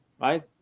right